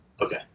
Okay